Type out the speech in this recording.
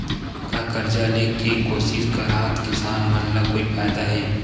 का कर्जा ले के कोशिश करात किसान मन ला कोई फायदा हे?